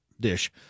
dish